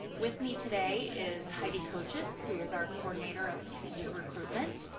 with me today is heidi kochis, who is our coordinator of teacher recruitment,